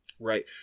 Right